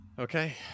Okay